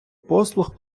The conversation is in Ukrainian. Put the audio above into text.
послуг